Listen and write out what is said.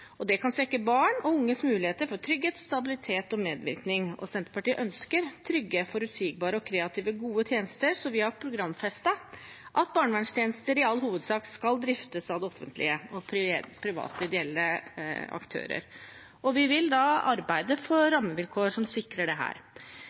og det kan svekke barn og unges muligheter for trygghet, stabilitet og medvirkning. Senterpartiet ønsker trygge, forutsigbare og kreative gode tjenester, så vi har programfestet at barnevernstjenester i all hovedsak skal driftes av det offentlige og private ideelle aktører, og vi vil da arbeide for